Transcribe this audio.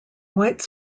white